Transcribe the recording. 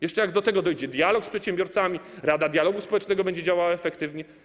Jeszcze jak do tego dojdzie dialog z przedsiębiorcami, Rada Dialogu Społecznego będzie działała efektywnie.